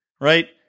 right